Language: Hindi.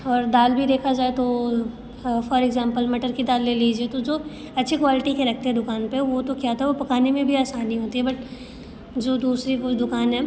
और दाल भी देखा जाए तो फोर इक्ज़ाम्पल मटर की दाल ले लीजिए तो जो अच्छी क्वालटी के रखते है दुकान पर वो तो क्या होता वो पकाने में भी आसानी होती है बट जो दूसरी कुछ दुकान है